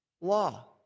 law